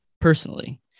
personally